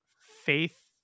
faith